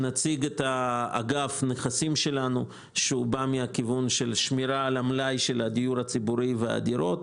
ונציג אגף נכסים שלנו שבא מהכיוון של שמירה על המלאי הציבורי והדירות.